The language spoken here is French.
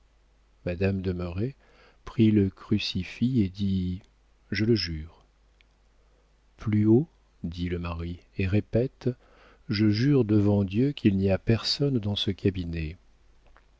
madame de merret prit le crucifix et dit je le jure plus haut dit le mari et répète je jure devant dieu qu'il n'y a personne dans ce cabinet